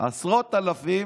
עשרות אלפים,